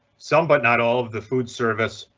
some but not all of the food service